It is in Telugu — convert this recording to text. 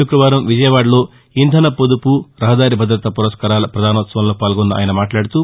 శుక్రవారం విజయవాడలో ఇంధన పొదుపు రహదారి భద్రత పురస్కారాల పదానోత్సవంలో పాల్గొన్న ఆయన మాట్లాడుతూ